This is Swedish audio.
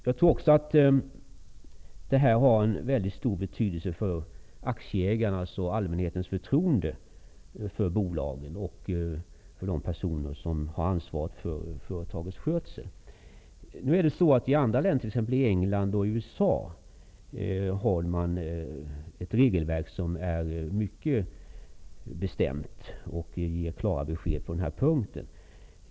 Jag tror också att detta har stor betydelse för aktieägarnas och allmänhetens förtroende för bolagen och för de personer som har ansvar för företagets skötsel. I andra länder, som England och USA, har man ett mycket bestämt regelverk, som ger klara besked på den här punkten.